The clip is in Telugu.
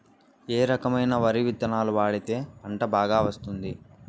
ఏ రకమైన వరి విత్తనాలు వాడితే పంట బాగా వస్తుంది?